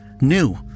new